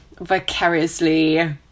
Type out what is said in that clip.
vicariously